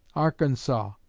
arkansas,